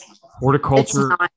horticulture